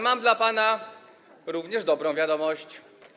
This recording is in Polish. Mam dla pana również dobrą wiadomość.